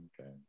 Okay